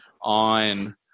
on